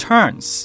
Turns